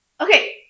Okay